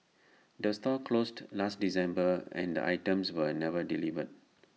the store closed last December and the items were never delivered